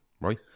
right